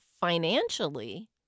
financially